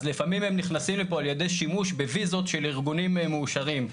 אז לפעמים הם נכנסים לפה על ידי שימוש בוויזות של ארגונים מאושרים,